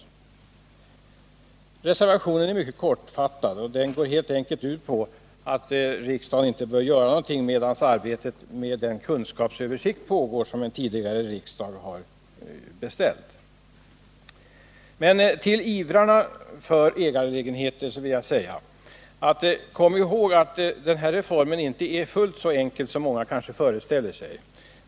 Vår reservation är mycket kortfattad och går helt enkelt ut på att riksdagen inte bör göra någonting medan arbetet pågår med den kunskapsöversikt som riksdagen tidigare har beställt. Till ivrarna för ägarlägenheter vill jag säga att de bör komma ihåg att den här reformen inte är fullt så enkel som många kanske föreställer sig.